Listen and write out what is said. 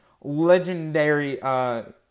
legendary